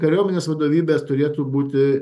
kariuomenės vadovybės turėtų būti